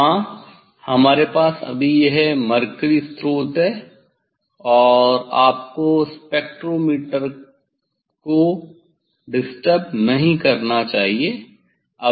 हां हमारे पास अभी यह मरकरी स्रोत है और आपको स्पेक्ट्रोमीटर को डिस्टर्ब नहीं करना चाहिए